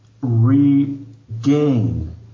regain